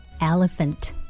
elephant